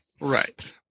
Right